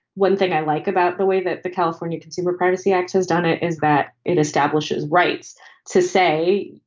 one thing i like about the way that the california consumer privacy act has done it is that it establishes rights to say,